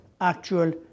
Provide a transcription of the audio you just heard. actual